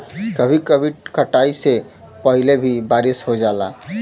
कभी कभी कटाई से पहिले भी बारिस हो जाला